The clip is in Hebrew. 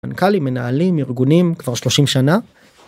מנכלי מנהלים ארגונים כבר 30 שנה